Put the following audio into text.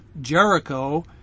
Jericho